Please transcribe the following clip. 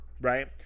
right